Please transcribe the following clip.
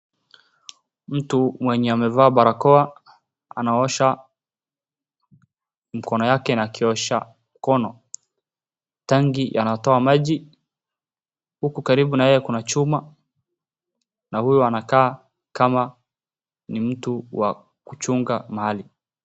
Mtu mwenye amevaa barakoa anaosha mkono yake na kiosha mkono tangi inatoa maji huku karibu na yeye kuna chuma na huyu anakaa kama ni mtu wa kuchunga mahali.